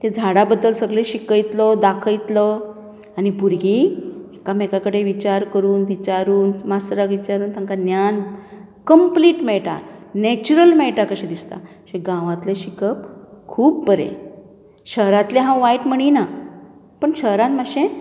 ते झाडा बद्दल सगळें शिकयतलो दाखयतलो आनी भुरगीं एकामेका कडेन विचार करून विचारून मास्टराक विचारून तांकां ज्ञान कंप्लीट मेळटा नेच्युरल मेळटा कशें दिसता गांवांतलें शिकप खूब बरें शहरांतलें हांव वायट म्हणीना पूण शहरांत मात्शें